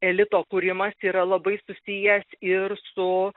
elito kūrimas yra labai susijęs ir su